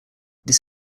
this